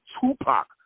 Tupac